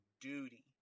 duty